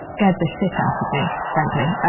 scared the shit out of me, frankly.